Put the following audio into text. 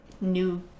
new